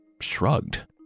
shrugged